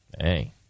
Hey